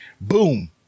boom